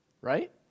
right